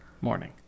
morning